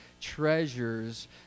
treasures